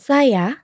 Saya